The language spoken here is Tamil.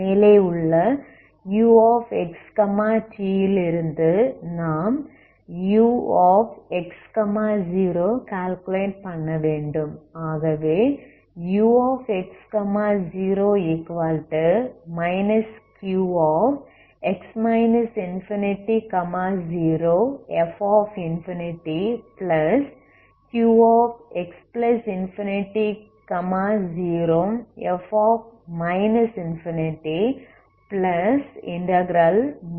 மேலே உள்ளuxt ல் இருந்து நாம் ux0 கால்குலேட் பண்ணவேண்டும்